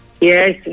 Yes